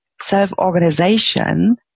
self-organization